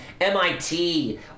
MIT